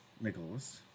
Nicholas